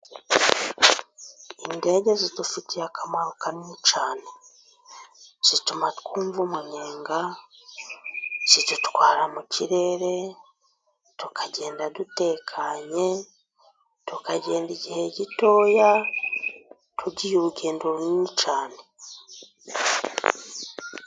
Indege zidufitiye akamaro kanini cyane, zituma twumva umunyenga, zidutwara mu kirere tukagenda dutekanye, tukagenda igihe gitoya tugiye urugendo runini cyane.